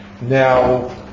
Now